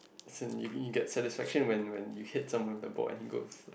as in you you get satisfaction when when you hit someone with the ball and he goes